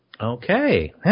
Okay